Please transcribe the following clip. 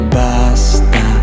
basta